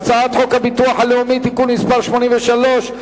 הצעת חוק הביטוח הלאומי (תיקון מס' 83,